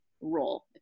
role